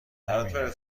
همینه